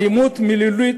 אלימות מילולית,